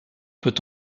peut